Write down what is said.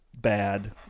bad